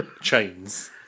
chains